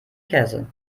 käse